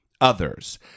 others